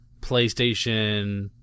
PlayStation